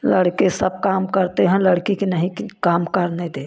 लड़के सब काम करते हैं लड़की के नहीं कि काम करने दे